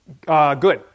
Good